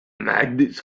magnets